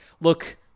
Look